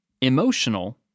emotional